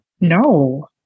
No